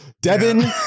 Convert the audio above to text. devin